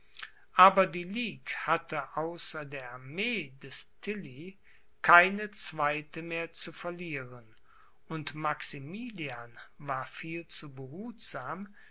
aber die ligue hatte außer der armee des tilly keine zweite mehr zu verlieren und maximilian war viel zu behutsam